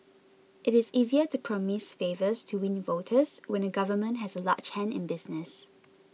it is easier to promise favours to win voters when a government has a large hand in business